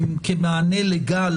הן כמענה לגל